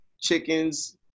Chickens